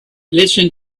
listen